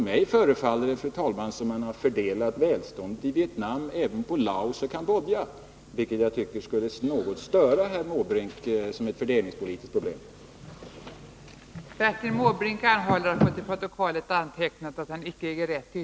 Mig förefaller det, fru talman, som om detta välstånd har fördelats även på Laos och Cambodja, vilket jag tycker som ett fördelningspolitiskt problem borde störa herr Måbrink.